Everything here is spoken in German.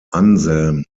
anselm